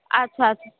اچھا اچھا